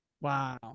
Wow